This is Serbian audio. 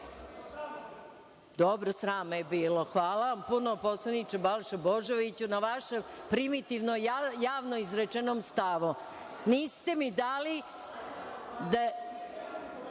bilo!)Dobro, sram me bilo, hvala vam puno poslaniče Balša Božoviću, na vašem primitivnom, javno izrečenom stavu. Niste mi dali